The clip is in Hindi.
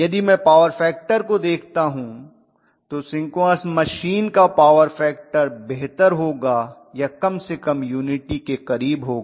यदि मैं पॉवर फैक्टर को देखता हूं तो सिंक्रोनस मशीन का पॉवर फैक्टर बेहतर होगा या कम से कम यूनिटी के करीब होगा